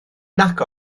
nac